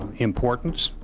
importance.